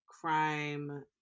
crime